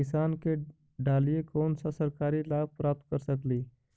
किसान के डालीय कोन सा सरकरी लाभ प्राप्त कर सकली?